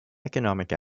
economic